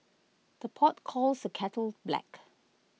the pot calls the kettle black